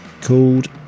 called